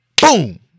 boom